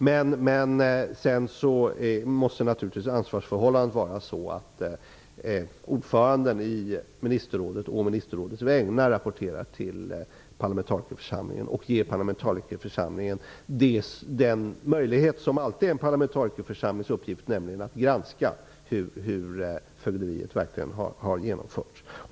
Men ansvarsförhållandet måste dessutom vara sådant att ordföranden i ministerrådet å dettas vägnar rapporterar till parlamentarikerförsamlingen och ger denna den möjlighet som en parlamentarikerförsamling alltid har att granska hur fögderiet har skötts.